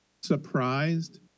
surprised